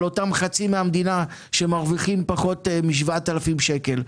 על אותם חצי מהמדינה שמרוויחים פחות מ-7,000 שקל.